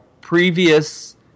previous